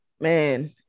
man